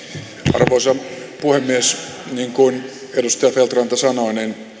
arvoisa puhemies niin kuin edustaja feldt ranta sanoi